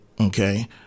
Okay